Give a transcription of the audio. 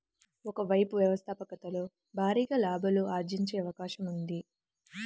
ఒక వైపు వ్యవస్థాపకతలో భారీగా లాభాలు ఆర్జించే అవకాశం ఉంది